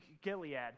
gilead